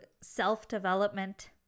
self-development